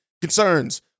concerns